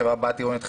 חברת בת עירונית,